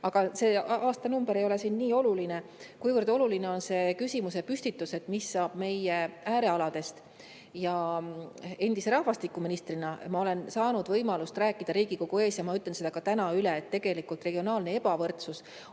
Aga see aastanumber ei ole nii oluline. Oluline on see küsimuse püstitus, mis saab meie äärealadest. Endise rahvastikuministrina olen ma saanud võimaluse rääkida Riigikogu ees ja ma ütlen seda täna üle, et regionaalne ebavõrdsus on